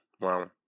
Wow